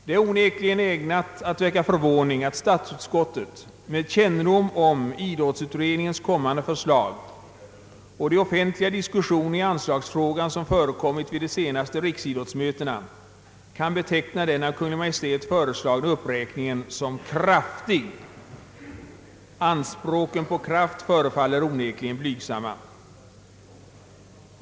Det är onekligen ägnat att väcka förvåning att statsutskottet med kännedom om idrottsutredningens kommande för slag och de offentliga diskussioner i anslagsfrågan som har förekommit vid de senaste riksidrottsmötena kan beteckna den av Kungl. Maj:t föreslagna uppräkningen som kraftig. Anspråken på kraft förefaller onekligen blygsamma.